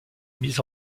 mise